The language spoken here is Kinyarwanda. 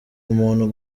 umuntu